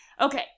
Okay